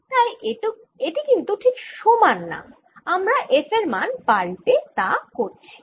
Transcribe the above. তাই এটি কিন্তু ঠিক সমান না আমরা f এর মান পাল্টে তা করছি